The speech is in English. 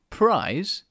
prize